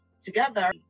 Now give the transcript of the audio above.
together